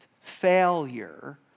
failure